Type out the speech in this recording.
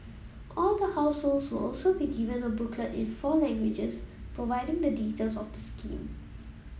all the households will also be given a booklet in four languages providing the details of the scheme